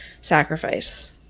sacrifice